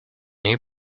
new